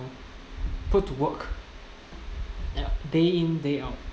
put to work day in day out